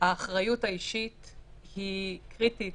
האחריות האישית היא קריטית